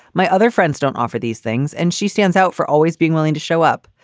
my other friends don't offer these things, and she stands out for always being willing to show up.